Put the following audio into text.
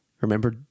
Remember